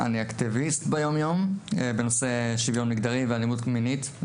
אני אקטיביסט ביום יום בנושא שוויון מגדרי ואלימות מינית.